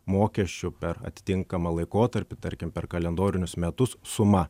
mokesčių per atitinkamą laikotarpį tarkim per kalendorinius metus suma